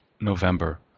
November